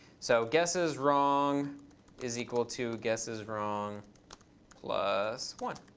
so guesseswrong is equal to guesseswrong plus one.